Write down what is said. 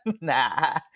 nah